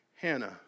Hannah